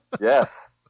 Yes